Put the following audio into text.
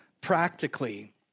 practically